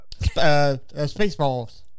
Spaceballs